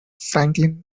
franklin